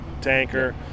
tanker